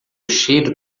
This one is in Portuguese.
cheiro